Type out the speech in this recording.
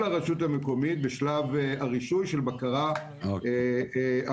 הרשות המקומית בשלב הרישוי של הבקרה המרחבית.